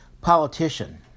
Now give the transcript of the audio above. politician